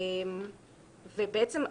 בעצם,